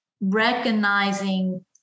recognizing